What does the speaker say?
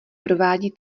provádí